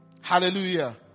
Hallelujah